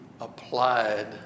applied